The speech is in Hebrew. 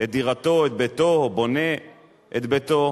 את דירתו, את ביתו, בונה את ביתו,